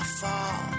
fall